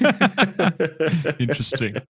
Interesting